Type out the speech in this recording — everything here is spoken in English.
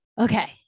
Okay